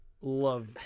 love